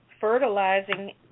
fertilizing